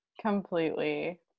completely